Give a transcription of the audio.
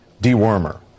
dewormer